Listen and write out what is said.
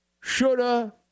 shoulda